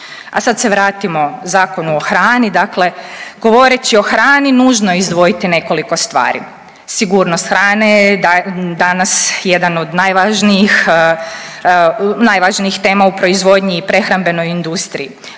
A sad se vratimo Zakonu o hrani, dakle govoreći o hrani nužno je izdvojiti nekoliko stvari. Sigurnost hrane je danas jedan od najvažnijih, najvažnijih tema u proizvodnji i prehrambenoj industriji.